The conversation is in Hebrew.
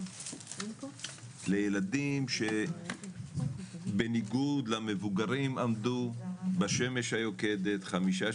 לילדים שבניגוד למבוגרים עמדו בשמש היוקדת חמישה,